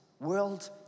world